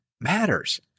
matters